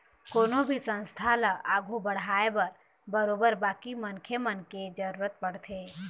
कोनो भी संस्था ल आघू बढ़ाय बर बरोबर बाकी मनखे मन के जरुरत पड़थे